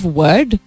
word